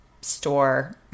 store